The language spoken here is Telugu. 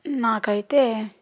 నాకైతే